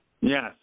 Yes